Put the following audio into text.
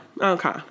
Okay